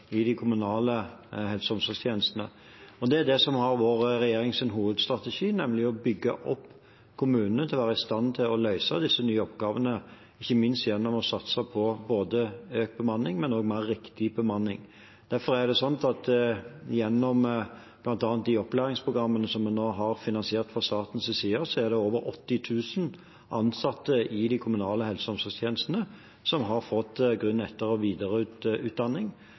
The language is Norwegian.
i de kommunale helse- og omsorgstjenestene. Det er det som har vært regjeringens hovedstrategi, nemlig å bygge opp kommunene til å være i stand til å løse disse nye oppgavene, ikke minst gjennom å satse på både økt bemanning og mer riktig bemanning. Gjennom bl.a. de opplæringsprogrammene som vi nå har finansiert fra statens side, har derfor over 80 000 ansatte i de kommunale helse- og omsorgstjenestene fått grunn-, etter- og videreutdanning, samtidig som det også er et betydelig antall ledere som har fått